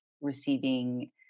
receiving